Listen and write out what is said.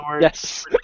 Yes